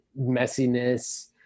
messiness